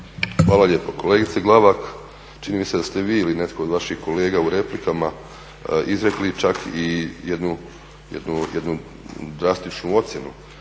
Hvala lijepo. Kolegice Glavak, čini mi se da ste vi ili netko od naših kolega u replikama izrekli čak i jednu drastičnu ocjenu,